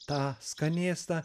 tą skanėstą